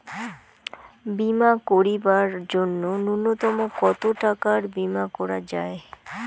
বীমা করিবার জন্য নূন্যতম কতো টাকার বীমা করা যায়?